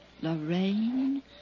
Lorraine